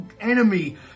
enemy